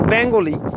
Bengali